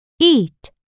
eat